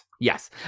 yes